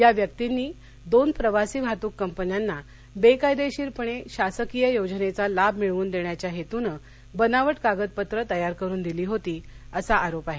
या व्यक्तिनी दोन प्रवासी वाहतूक कपन्यांना बेकायदेशीरपणे शासकीय योजनेचा लाभ मिळवून देण्याच्या हेतूनं बनावट कागपपत्रे तयार करून दिली होती असा आरोप आहे